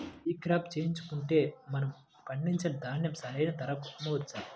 ఈ క్రాప చేయించుకుంటే మనము పండించిన ధాన్యం సరైన ధరకు అమ్మవచ్చా?